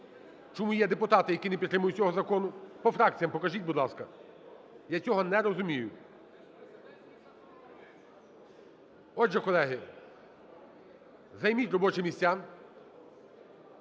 чому є депутати, які не підтримують цього закону. По фракціям покажіть, будь ласка. Я цього не розумію. Отже, колеги, займіть робочі місця,